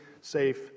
safe